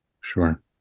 sure